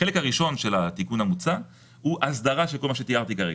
החלק הראשון של התיקון המוצע הוא הסדרה של כל מה שתיארתי כרגע.